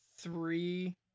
three